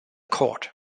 court